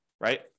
right